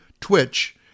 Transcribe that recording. Twitch